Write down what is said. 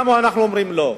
גם שם אנחנו אומרים: לא.